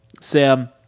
Sam